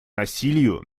насилию